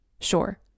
Sure